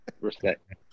Respect